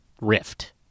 rift